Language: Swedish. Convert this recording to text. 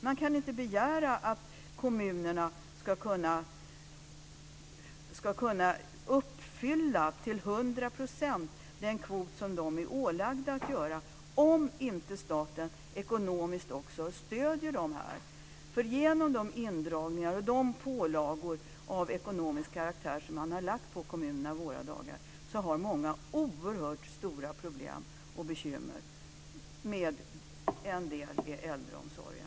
Man kan inte begära att kommunerna till hundra procent ska kunna uppfylla den kvot som de är ålagda om inte staten också stöder dem ekonomiskt. Genom de indragningar och pålagor av ekonomisk karaktär som man har lagt på kommunerna i våra dagar har många oerhört stora problem och bekymmer med delar av äldreomsorgen.